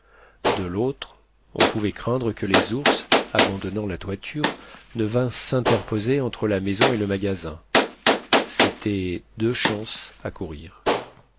de l'autre on pouvait craindre que les ours abandonnant la toiture ne vinssent s'interposer entre la maison et le magasin c'étaient deux chances à courir